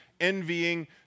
envying